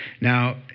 Now